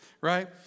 right